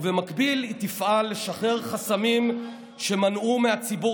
ובמקביל היא תפעל לשחרר חסמים שמנעו מהציבור